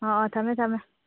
ꯑꯥ ꯑꯥ ꯊꯝꯃꯦ ꯊꯝꯃꯦ